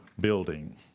building